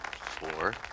Four